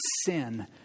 sin